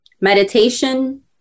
Meditation